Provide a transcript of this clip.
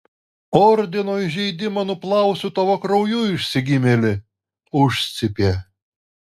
ordino įžeidimą nuplausiu tavo krauju išsigimėli užcypė